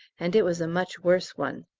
and it was a much worse one.